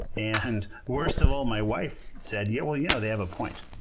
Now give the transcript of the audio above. and worst of all, my wife said, yeah, well, you know they have a point.